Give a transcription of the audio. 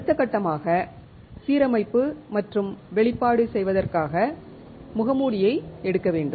அடுத்த கட்டமாக சீரமைப்பு மற்றும் வெளிப்பாடு செய்வதற்காக முகமூடியை எடுக்க வேண்டும்